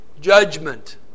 judgment